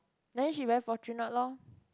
then she very fortunate lor